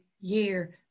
year